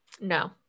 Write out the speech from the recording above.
No